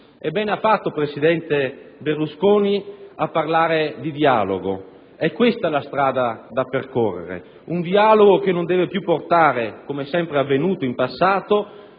Bene ha fatto, presidente Berlusconi, a parlare di dialogo. È questa la strada da percorrere: un dialogo che non deve più portare, come sempre è avvenuto in passato,